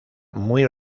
muy